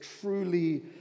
truly